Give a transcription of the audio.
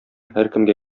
һәркемгә